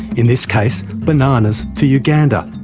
in this case, bananas for uganda,